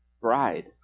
bride